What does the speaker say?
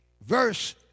Verse